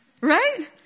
right